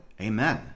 amen